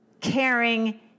caring